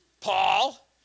Paul